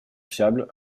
fiable